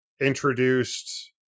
introduced